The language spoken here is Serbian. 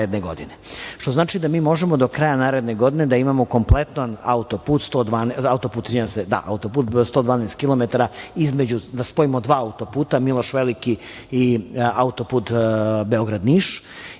znači da mi možemo do kraja naredne godine da imamo kompletan autoput, 112 kilometara, da spojimo dva autoputa, Miloš Veliki i autoput Beograd - Niš,